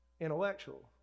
intellectual